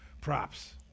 props